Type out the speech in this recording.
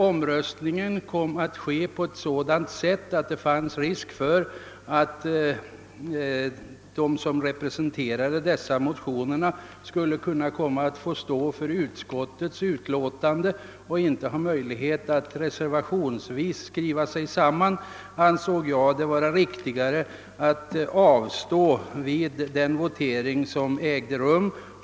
Omröstningen kom emellertid att ske på ett sådant sätt att det fanns risk för att de som representerade dessa motioner skulle stå för utskottets utlåtande. Eftersom det inte skulle finnas möjlighet att i en reservation få till stånd en gemensam skrivning ansåg jag det riktigare att avstå från att delta i den votering som ägde rum.